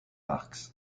parcs